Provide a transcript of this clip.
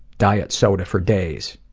diet soda for days.